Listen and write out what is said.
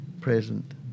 present